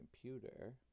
computer